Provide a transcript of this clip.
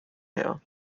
her